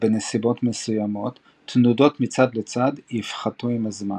בנסיבות מסוימות, תנודות מצד לצד יפחתו עם הזמן.